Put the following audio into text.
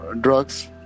drugs